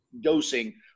dosing